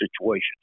situations